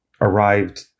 arrived